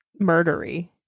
murdery